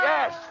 Yes